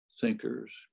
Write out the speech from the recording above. thinkers